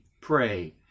pray